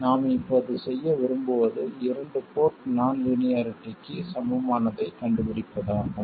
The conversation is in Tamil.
நாம் இப்போது செய்ய விரும்புவது இரண்டு போர்ட் நான் லீனியாரிட்டிக்கு சமமானதைக் கண்டுபிடிப்பதாகும்